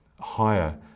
higher